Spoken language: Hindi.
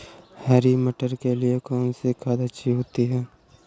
हरी मटर के लिए कौन सी खाद अच्छी होती है?